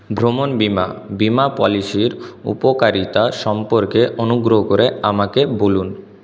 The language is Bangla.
ভ্রমণ বিমা বিমা পলিসির উপকারিতা সম্পর্কে অনুগ্রহ করে আমাকে বলুন